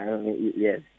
Yes